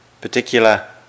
particular